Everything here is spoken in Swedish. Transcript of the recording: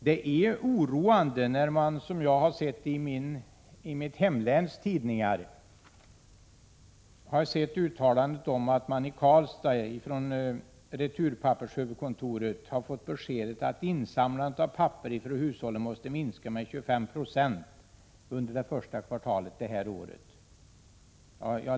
Jag blev oroad när jag i tidningen i mitt hemlän läste att Stena Returpapper i Karlstad från huvudkontoret hade fått beskedet att insamlandet av papper från hushållen måste minska med 25 96 under första kvartalet i år.